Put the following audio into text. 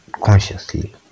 consciously